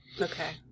Okay